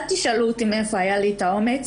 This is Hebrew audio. אל תשאלו אותי מאיפה היה לי את האומץ.